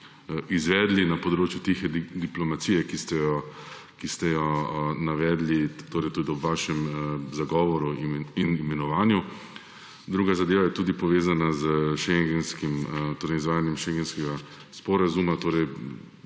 izvedli na področju tihe diplomacije, ki ste jo navedli tudi ob vašem zagovoru in imenovanju? Druga zadeva je tudi povezana z izvajanjem šengenskega sporazuma, torej